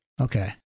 Okay